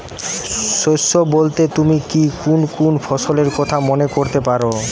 শস্য বোলতে তুমি ঠিক কুন কুন ফসলের কথা মনে করতে পার?